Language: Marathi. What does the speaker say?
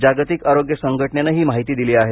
जागतिक आरोग्य संघटनेने ही माहिती दिली आहे